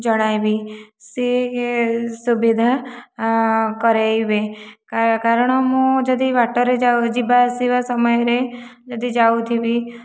ଜଣାଇବି ସେ ସୁବିଧା କରାଇବେ କାରଣ ମୁଁ ଯଦି ବାଟରେ ଯିବାଆସିବା ସମୟରେ ଯଦି ଯାଉଥିବି